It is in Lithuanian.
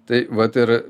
tai vat ir